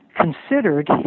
considered